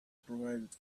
provided